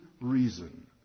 reason